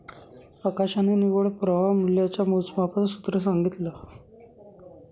आकाशने निव्वळ प्रवाह मूल्याच्या मोजमापाच सूत्र सांगितला